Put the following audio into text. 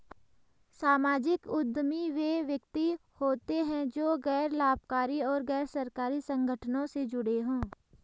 सामाजिक उद्यमी वे व्यक्ति हो सकते हैं जो गैर लाभकारी और गैर सरकारी संगठनों से जुड़े हों